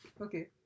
okay